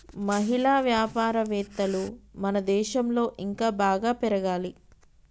మహిళా వ్యాపారవేత్తలు మన దేశంలో ఇంకా బాగా పెరగాలి